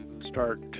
start